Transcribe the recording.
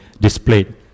displayed